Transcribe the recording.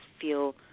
feel